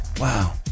wow